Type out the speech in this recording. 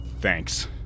thanks